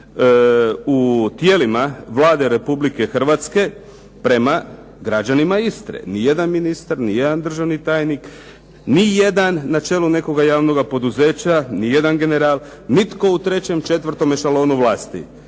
u tijelima Vlade Republike Hrvatske prema građanima Istre. Ni jedan ministar, ni jedan državni tajnik, ni jedan na čelu nekoga javnoga poduzeća, ni jedan general, nitko u trećem, četvrtome šalonu vlasti.